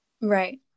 Right